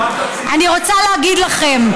לא, אל, אני רוצה להגיד לכם,